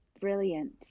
brilliant